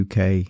UK